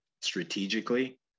strategically